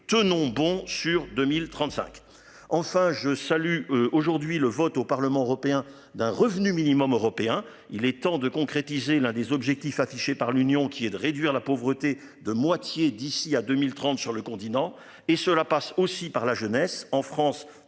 tenons bon sur 2035. Enfin je salue aujourd'hui le vote au Parlement européen d'un revenu minimum européen. Il est temps de concrétiser l'un des objectifs affichés par l'Union qui est de réduire la pauvreté de moitié d'ici à 2030 sur le continent et cela passe aussi par la jeunesse en France,